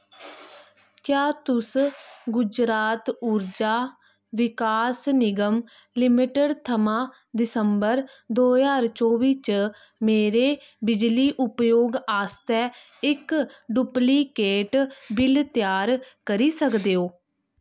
क्या तुस गुजरात ऊर्जा विकास निगम लिमिटेड थमां दिसंबर दो ज्हार चौबी च मेरे बिजली उपयोग आस्तै इक डुप्लिकेट बिल त्यार करी सकदे ओ